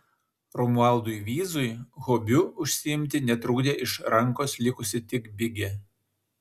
romualdui vyzui hobiu užsiimti netrukdė iš rankos likusi tik bigė